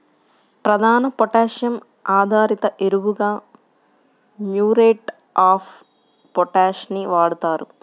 ప్రధాన పొటాషియం ఆధారిత ఎరువుగా మ్యూరేట్ ఆఫ్ పొటాష్ ని వాడుతారు